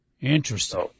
Interesting